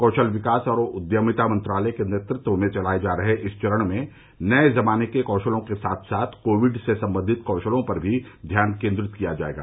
कौशल विकास और उद्यमिता मंत्रालय के नेतृत्व में चलाए जा रहे इस चरण में नए जमाने के कौशलों के साथ साथ कोविड से संबंधित कौशलों पर भी ध्यान केंद्रित किया जाएगा